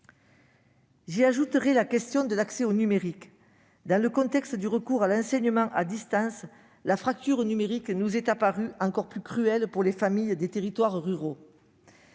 J'y ajouterais la question de l'accès au numérique. Dans le contexte du recours à l'enseignement à distance, la fracture numérique nous est apparue encore plus cruelle pour les familles des territoires ruraux.